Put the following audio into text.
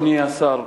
אדוני השר,